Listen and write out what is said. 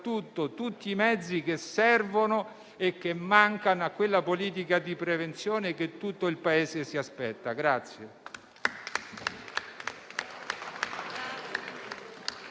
tutti i mezzi che servono e che mancano a quella politica di prevenzione che tutto il Paese si aspetta.